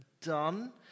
done